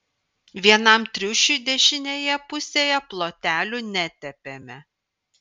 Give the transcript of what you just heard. vienam triušiui dešinėje pusėje plotelių netepėme